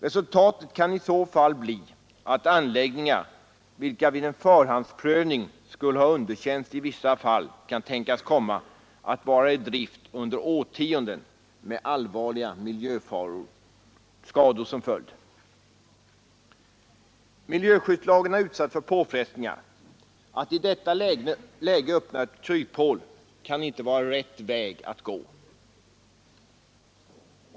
Resultatet kan i så fall bli att anläggningar, vilka vid en förhandsprövning skulle ha underkänts, i vissa fall kan tänkas komma att vara i drift under årtionden med allvarliga miljöskador som följd. Miljöskyddslagen har utsatts för påfrestningar. Att i detta läge öppna ett kryphål kan inte vara rätt väg att gå.